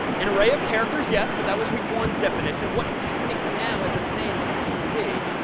an array of characters, yes. but that was week one definition. what technically now, as of today, must a string be?